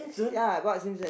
ya Bart-Simpson